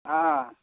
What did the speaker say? ಹಾಂ